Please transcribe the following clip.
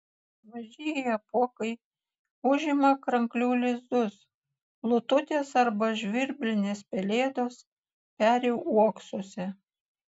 mažieji apuokai užima kranklių lizdus lututės arba žvirblinės pelėdos peri uoksuose